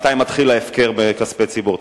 מתי מתחיל ההפקר בכספי ציבור.